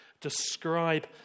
describe